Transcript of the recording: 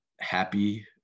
happy